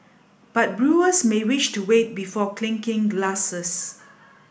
but brewers may wish to wait before clinking glasses